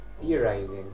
theorizing